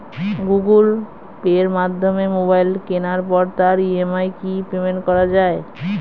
Google পের মাধ্যমে mobile কেনার পরে তার ই.এম.আই কি পেমেন্ট করা যায়?